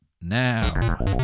now